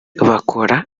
bakora